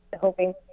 hoping